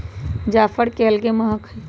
जाफर के अलगे महकइ छइ